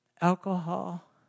alcohol